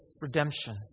redemption